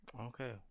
Okay